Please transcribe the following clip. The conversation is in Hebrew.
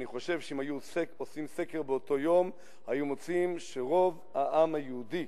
אני חושב שאם היו עושים סקר באותו יום היו מוצאים שרוב העם היהודי,